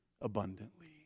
abundantly